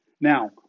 Now